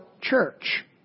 church